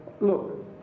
Look